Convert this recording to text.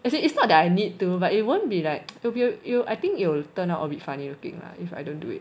as in it's not that I need to but it won't be like it'll be I think it'll turn out a bit funny looking lah if I don't do it